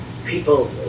People